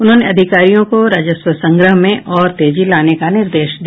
उन्होंने अधिकारियों को राजस्व संग्रह में और तेजी लाने का निर्देश दिया